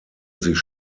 sich